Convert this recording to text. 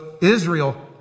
Israel